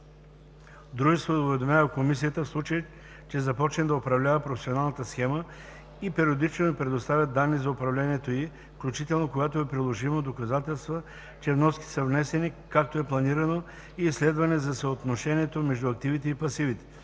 Дружеството уведомява комисията, в случай че започне да управлява професионалната схема, и периодично ѝ предоставя данни за управлението ѝ, включително, когато е приложимо, доказателства, че вноските са внесени, както е планирано, и изследвания за съотношението между активите и пасивите.“